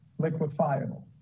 liquefiable